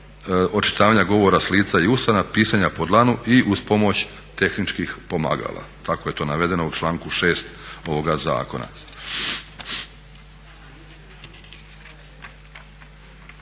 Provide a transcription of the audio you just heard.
očitavanja govora s lica i usana, pisanja po dlanu i uz pomoć tehničkih pomagala. Tako je to navedeno u članku 6. ovoga zakona.